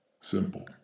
Simple